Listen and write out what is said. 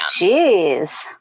jeez